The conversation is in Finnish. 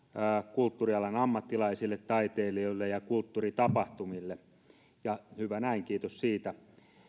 kulttuurialan ammattilaisille taiteilijoille ja kulttuuritapahtumille hyvä näin kiitos siitä